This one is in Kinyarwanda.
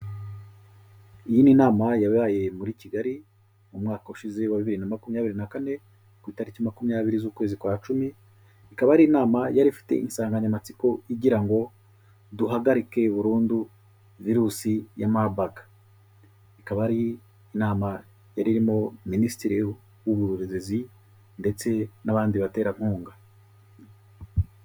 Iyi ni nama yabaye muri Kigali mu mwaka ushize wa bibiri na makumyabiri na kane, ku itariki makumyabiri z'ukwezi kwa cumi, ikaba ari inama yari ifite insanganyamatsiko igira ngo: "Duhagarike burundu virusi ya Marburg." Ikaba ari inama yari irimo Minisitiri w'Uburezi ndetse n'abandi baterankunga.